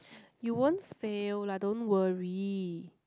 you won't fail lah don't worry